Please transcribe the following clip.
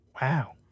wow